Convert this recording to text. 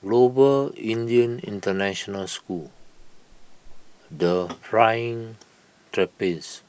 Global Indian International School the Flying Trapeze